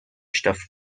stuff